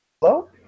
Hello